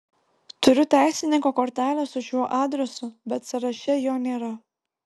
turiu teisininko kortelę su šiuo adresu bet sąraše jo nėra